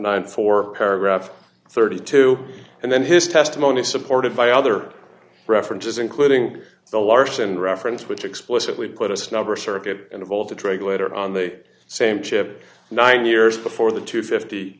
ninety four paragraph thirty two and then his testimony supported by other references including the larson reference which explicitly put us number circuit in a voltage regulator on the same chip nine years before the two